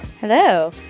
Hello